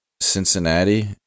Cincinnati